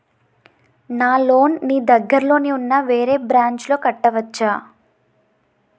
నా లోన్ నీ దగ్గర్లోని ఉన్న వేరే బ్రాంచ్ లో కట్టవచా?